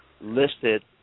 listed